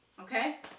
okay